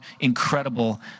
incredible